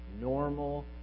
Normal